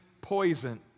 poison